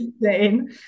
insane